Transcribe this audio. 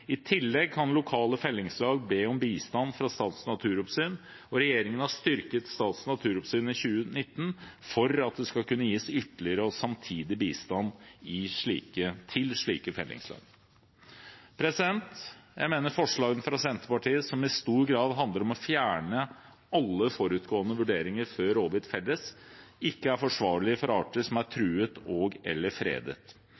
I tillegg kan lokale fellingslag be om bistand fra Statens naturoppsyn. Regjeringen har styrket Statens naturoppsyn i 2019 for at det skal kunne gis ytterligere og samtidig bistand til slike fellingslag. Jeg mener forslagene fra Senterpartiet, som i stor grad handler om å fjerne alle forutgående vurderinger før rovvilt felles, ikke er forsvarlige for arter som er